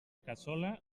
cassola